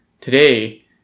Today